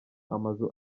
amazu